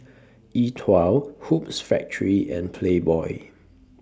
E TWOW Hoops Factory and Playboy